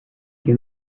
que